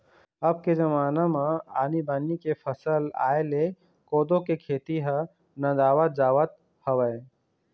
अब के जमाना म आनी बानी के फसल आय ले कोदो के खेती ह नंदावत जावत हवय